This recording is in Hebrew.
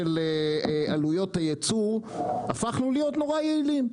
עלויות הייצוא הפכנו להיות מאוד יעילים.